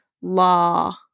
law